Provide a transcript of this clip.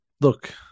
Look